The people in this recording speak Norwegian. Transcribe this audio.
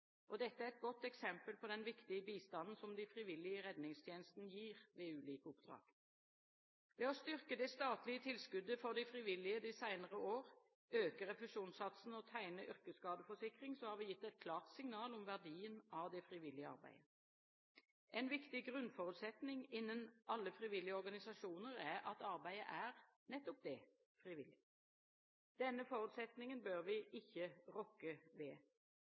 Dette er et godt eksempel på den viktige bistanden som de frivillige i redningstjenesten gir ved ulike oppdrag. Ved å styrke det statlige tilskuddet for de frivillige de senere år, øke refusjonssatsene og tegne yrkesskadeforsikring, har vi gitt et klart signal om verdien av det frivillige arbeidet. En viktig grunnforutsetning innen alle frivillige organisasjoner, er at arbeidet er nettopp det – frivillig. Denne forutsetningen bør vi ikke rokke ved.